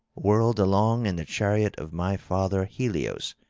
whirled along in the chariot of my father helios,